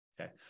Okay